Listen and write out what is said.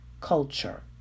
culture